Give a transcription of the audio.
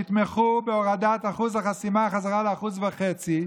תתמכו בהורדת אחוז החסימה חזרה ל-1.5%.